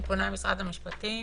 אני פונה למשרד המשפטים